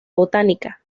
botánica